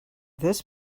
this